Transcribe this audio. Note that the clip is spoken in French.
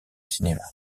cinéma